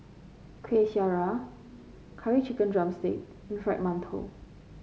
Kueh Syara Curry Chicken drumstick and Fried Mantou